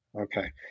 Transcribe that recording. Okay